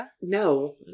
No